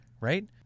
right